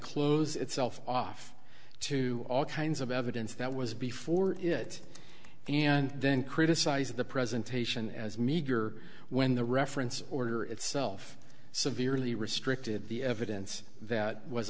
close itself off to all kinds of evidence that was before it and then criticized the presentation as meager when the reference order itself severely restricted the evidence that was